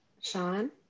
Sean